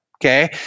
okay